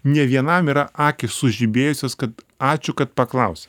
ne vienam yra akys sužibėjusios kad ačiū kad paklausė